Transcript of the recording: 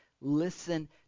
listen